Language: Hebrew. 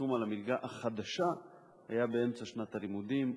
הפרסום על המלגה החדשה היה באמצע שנת הלימודים,